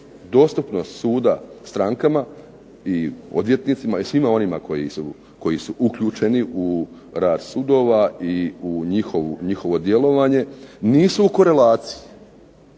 dostupnost suda strankama i odvjetnicima i svima onima koji su uključeni u rad sudova i u njihovo djelovanje nisu u korelaciji.